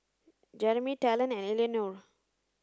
Jerimy Talen and Eleanore